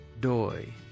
Doi